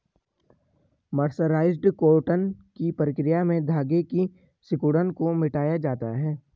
mercerised cotton की प्रक्रिया में धागे की सिकुड़न को मिटाया जाता है